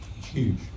huge